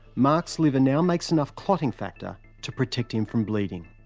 mark's liver now makes enough clotting factor to protect him from bleeding.